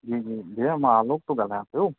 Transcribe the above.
हम्म हम्म भैया मां आलोक थो ॻाल्हायां पियो